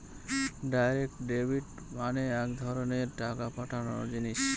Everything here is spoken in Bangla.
ডাইরেক্ট ডেবিট মানে এক ধরনের টাকা পাঠাবার জিনিস